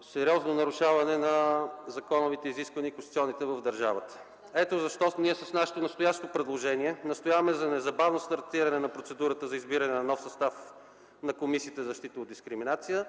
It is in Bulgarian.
сериозно нарушаване на законовите и конституционните изисквания в държавата. Ето защо ние с нашето предложение настояваме за незабавно стартиране на процедурата за избиране на нов състав на Комисията за защита от дискриминация